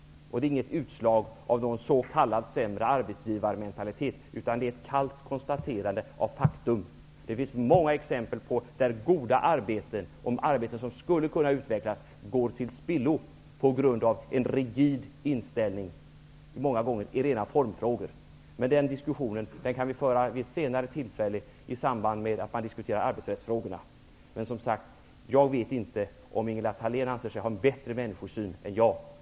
Det är inget utslag av s.k. sämre arbetsgivarmentalitet. Det är ett kallt konstaterande av ett faktum. Det finns många exempel på hur goda arbeten, arbeten som skulle kunna utvecklas, går till spillo på grund av en rigid inställning, många gånger i rena formfrågor. Men den diskussionen kan vi föra vid ett senare tillfälle i samband med att vi diskuterar arbetsrättsfrågorna. Som sagt: Jag vet inte om Ingela Thalén anser sig ha en bättre människosyn än jag.